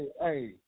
hey